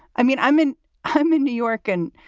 i mean, i'm in i'm in new york. and,